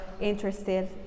interested